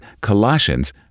Colossians